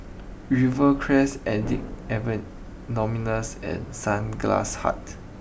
Rivercrest Addicts and Sunglass Hut